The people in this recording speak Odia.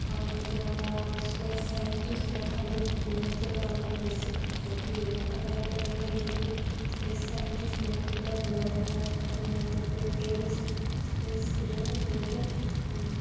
ଆଉ ଯଦି ଆମର ସ୍ପେସ୍ ସାଇଣ୍ଟିଷ୍ଟ ନଥାନ୍ତି ନଥିଲେ ଆମକୁ ବେଶୀ କ୍ଷତି ହୋଇଥାନ୍ତା କାହିଁକିନା ଆମର ଯଦି ସ୍ପେସ ସାଇଣ୍ଟିଷ୍ଟମାନେ ଥିଲେ ଭଲ କାହିଁକିନା ତାଙ୍କମାନେ ଉପରେ ଉପରେ ଗୋଟେ ସ୍ପେସରେ ଗୋଟେ ଗୋଟେ